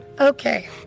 Okay